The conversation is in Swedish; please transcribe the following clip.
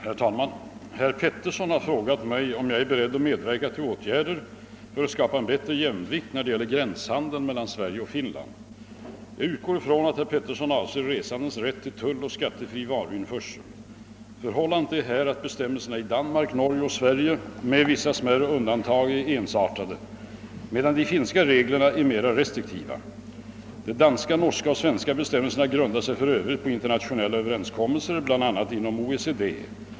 Herr talman! Herr Petersson har frågat mig om jag är beredd medverka till åtgärder för att skapa en bättre jämvikt då det gäller gränshandeln mellan Sverige och Finland. Jag utgår från att herr Petersson avser resandes rätt till tulloch skattefri varuinförsel. Förhållandet är här att bestämmelserna i Danmark, Norge och Sverige — med vissa smärre undantag är ensartade, medan de finska reglerna är mera restriktiva. De danska, norska och ' svenska bestämmelserna grundar sig för övrigt på internationella överenskommelser, bl.a. inom OECD.